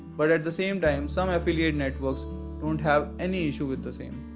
but at the same time some affiliate networks don't have any issues with the same.